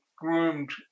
groomed